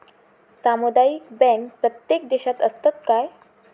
सामुदायिक बँक प्रत्येक देशात असतत काय?